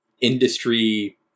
industry